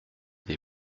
des